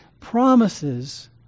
promises